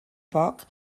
poc